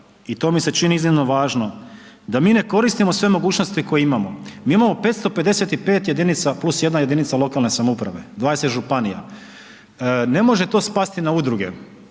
i to mi se čini iznimno važno, da mi ne koristimo sve mogućnosti koje imamo, mi imamo 555 jedinica plus jedna jedinica lokalne samouprave, 20 županija, ne može to spasti na udruge,